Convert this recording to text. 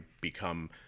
become